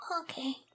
Okay